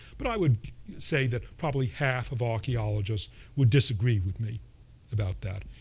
but i would say that probably half of archaeologists would disagree with me about that.